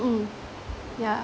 yeah mm yeah